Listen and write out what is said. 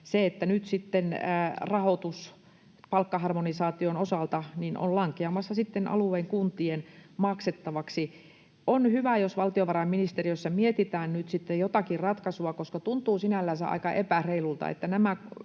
— kun nyt sitten rahoitus palkkaharmonisaation osalta on lankeamassa alueen kuntien maksettavaksi. On hyvä, jos valtiovarainministeriössä mietitään nyt sitten jotakin ratkaisua, koska tuntuu sinällänsä aika epäreilulta, että näitä